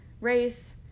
race